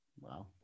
Wow